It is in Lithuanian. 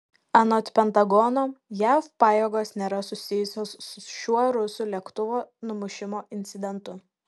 anot pentagono jav pajėgos nėra susijusios su šiuo rusų lėktuvo numušimo incidentu